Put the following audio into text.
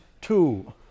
two